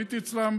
הייתי אצלם,